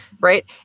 right